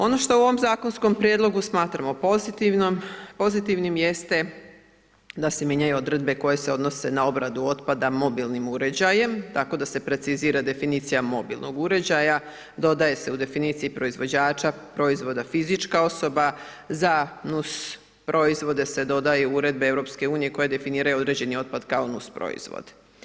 Ono što u ovom zakonskom prijedlogu smatramo pozitivnim jeste da se mijenjanju odredbe koje se odnose na obradu otpada mobilnim uređajem, tako da se precizira definicija mobilnog uređaja, dodaje se u definiciji proizvođača proizvoda fizička osoba, za nus proizvode se dodaju uredbe Europske unije koje definiraju određeni otpad kao nus proizvod.